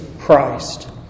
Christ